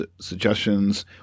suggestions